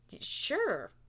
Sure